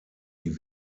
die